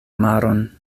maron